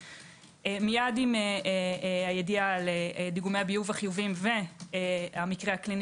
מייד עם הידיעה על דיגומי הביוב החיוביים והמקרה הקליני